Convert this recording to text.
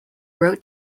wrote